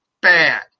bad